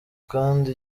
kandi